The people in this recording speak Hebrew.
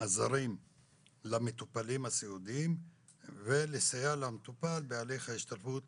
הזרים למטופלים הסיעודיים ולסייע למטופל בהליך ההשתלבות